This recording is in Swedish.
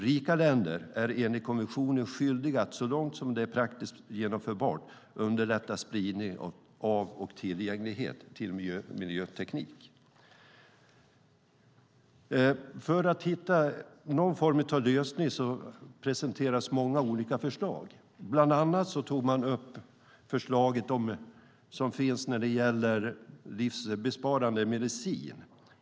Rika länder är enligt konventionen skyldiga att så långt som det är praktiskt genomförbart underlätta spridning av och tillgänglighet till miljöteknik. För att hitta någon form av lösning presenterades många olika förslag. Bland annat tog man upp förslaget om livsbesparande medicin.